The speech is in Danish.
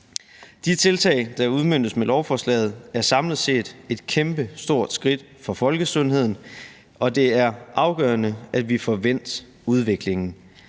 De tiltag, der udmøntes med lovforslaget, er samlet set et kæmpestort skridt for folkesundheden, og det er afgørende, at vi får vendt udviklingen.